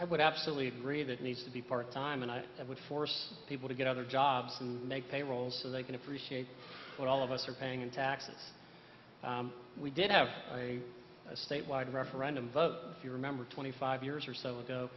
i would absolutely agree that needs to be part time and i would force people to get other jobs and make payroll so they can appreciate what all of us are paying in taxes we did have a statewide referendum vote if you remember twenty five years or so ago